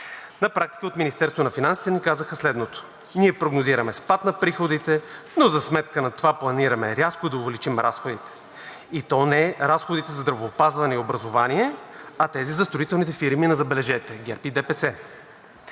На практика от Министерството на финансите ни казаха следното: „Ние прогнозираме спад на приходите, но за сметка на това планираме рязко да увеличим разходите“, и то не разходите за здравеопазване и образование, а тези за строителните фирми на, забележете, ГЕРБ и ДПС.